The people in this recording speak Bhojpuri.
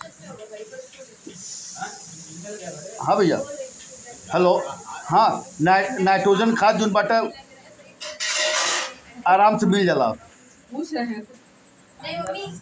नाइट्रोजन खाद रासायनिक खाद बाटे